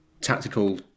tactical